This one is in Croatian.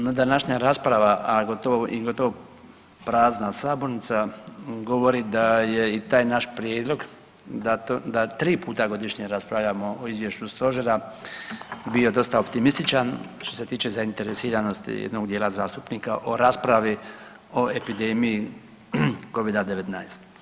No današnja rasprava i gotovo prazna sabornica govori da je i taj naš prijedlog da tri puta godišnje raspravljamo o izvješću Stožera bio dosta optimističan što se tiče zainteresiranosti jednog dijela zastupnika o raspravi o epidemiji covida 19.